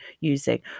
using